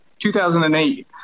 2008